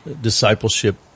discipleship